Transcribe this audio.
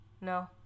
No